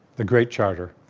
the great charter.